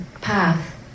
path